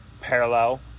parallel